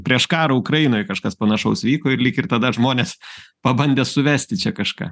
prieš karą ukrainoj kažkas panašaus vyko ir lyg ir tada žmonės pabandė suvesti čia kažką